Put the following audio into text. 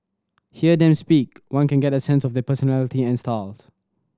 hear them speak one can get a sense of their personality and styles